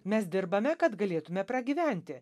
mes dirbame kad galėtume pragyventi